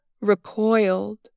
recoiled